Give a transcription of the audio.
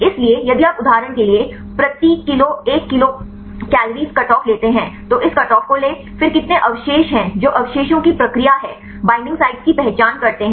इसलिए यदि आप उदाहरण के लिए प्रति किलो 1 किलोकल कटऑफ लेते हैं तो इस कटऑफ को लें फिर कितने अवशेष हैं जो अवशेषों की प्रक्रिया है बईंडिंग साइटों की पहचान करते हैं